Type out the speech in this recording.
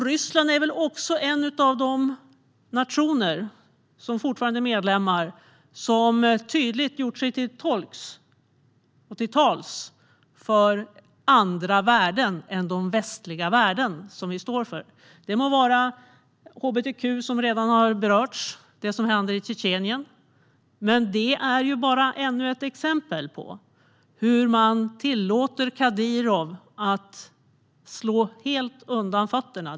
Ryssland är också en av de nationer som fortfarande är medlemmar som tydligt gjort sig till tolk för andra värden än de västliga värden som vi står för. Det må gälla hbtq-frågor, som redan har berörts, och det som händer i Tjetjenien. Detta är bara ännu ett exempel på hur man tillåter Kadyrov att helt slå undan fötterna.